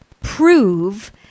prove